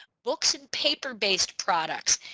books and paper based products.